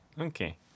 Okay